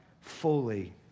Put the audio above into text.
fully